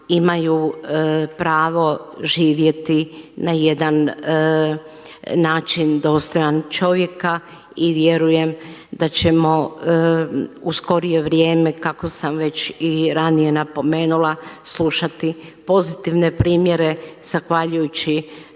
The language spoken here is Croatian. imaju pravo živjeti na jedan način dostojan čovjeka. I vjerujem da ćemo u skorije vrijeme kako sam već i ranije napomenula slušati pozitivne primjere zahvaljujući